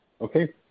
Okay